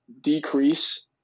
decrease